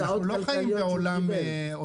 אנחנו לא חיים בעולם אוטופי,